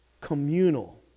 communal